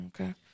okay